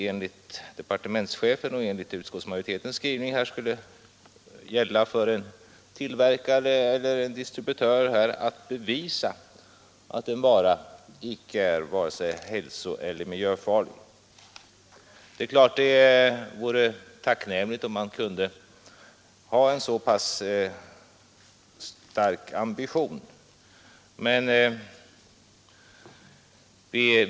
Enligt departementschefens och utskottets skrivning skulle det gälla för en tillverkare eller distributör att bevisa att en vara icke är vare sig hälsoeller miljöfarlig. Det är klart att det vore tacknämligt om man kunde ha en så hög ambitionsnivå.